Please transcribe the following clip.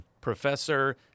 Professor